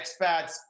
expats